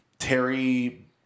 terry